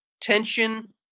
tension